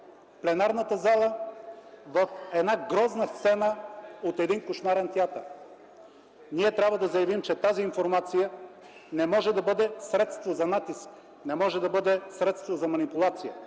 пленарната зала в грозна сцена от кошмарен театър! Ние трябва да заявим, че тази информация не може да бъде средство за натиск, не може да бъде средство за манипулация!